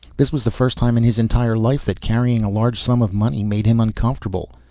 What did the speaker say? this was the first time in his entire life that carrying a large sum of money made him uncomfortable.